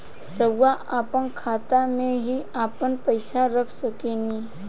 रउआ आपना खाता में ही आपन पईसा रख सकेनी